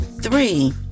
three